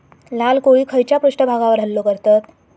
लाल कोळी खैच्या पृष्ठभागावर हल्लो करतत?